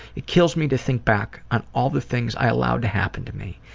it kills me to think back on all the things i allowed to happen to me.